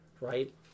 right